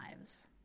lives